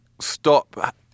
stop